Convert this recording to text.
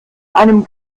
einem